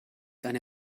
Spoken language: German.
eine